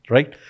Right